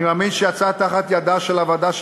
גם בוועדות.